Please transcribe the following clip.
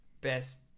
Best